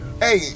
Hey